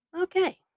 Okay